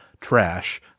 trash